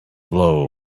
blow